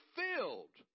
filled